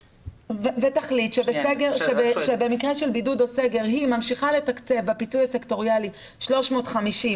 ותחליט שבמקרה של בידוד או סגר היא ממשיכה לתקצב בפיצוי הסקטוריאלי 350,